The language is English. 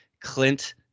Clint